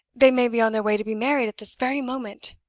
they may be on their way to be married at this very moment.